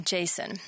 Jason